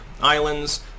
Islands